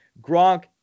Gronk